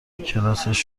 کلاسش